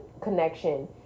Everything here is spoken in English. connection